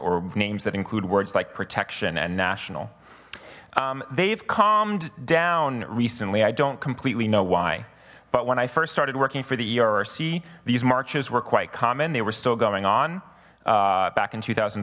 or names that include words like protection and national they've calmed down recently i don't completely know why but when i first started working for the erc these marches were quite common they were still going on back in two thousand